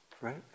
Right